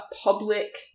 public